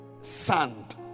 sand